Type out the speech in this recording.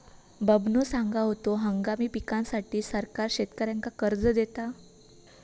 बबनो सांगा होतो, हंगामी पिकांसाठी सरकार शेतकऱ्यांना कर्ज देता